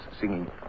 singing